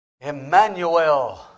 Emmanuel